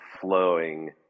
flowing